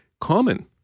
common